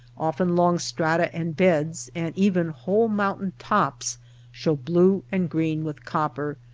often long strata and beds, and even whole mountain tops show blue and green with copper,